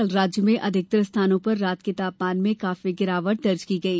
कल राज्य में अधिकतर स्थानों पर रात के तापमान में काफी गिरावट दर्ज की गई